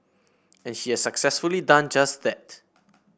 and he has successfully done just that